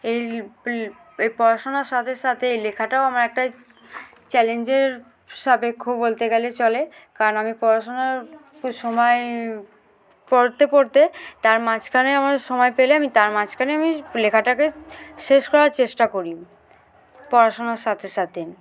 এই এই পড়াশোনার সাথে সাথে এই লেখাটাও আমার একটা চ্যালেঞ্জের সাপেক্ষ বলতে গেলে চলে কারণ আমি পড়াশোনার সময় পড়তে পড়তে তার মাঝখানে আমার সময় পেলে আমি তার মাঝখানে আমি লেখাটাকে শেষ করার চেষ্টা করি পড়াশোনার সাথে সাথে